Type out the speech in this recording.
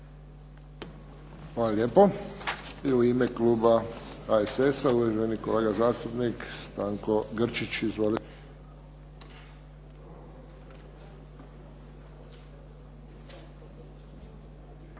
Hvala lijepo. I u ime kluba HSS-a, uvaženi kolega zastupnik Stanko Grčić. Izvolite.